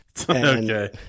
Okay